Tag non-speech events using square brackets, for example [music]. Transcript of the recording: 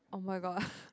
oh my god [laughs]